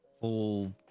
full